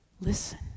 Listen